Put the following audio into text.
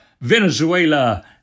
Venezuela